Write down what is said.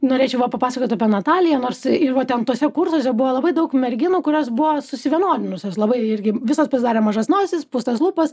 norėčiau va papasakot apie nataliją nors ir va ten tuose kursuose buvo labai daug merginų kurios buvo susivienodinusios labai irgi visos pasidarė mažas nosis pūstas lūpas